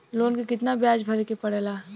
Loan के कितना ब्याज भरे के पड़े ला?